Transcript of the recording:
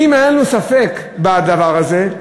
אם היה לנו ספק בדבר הזה,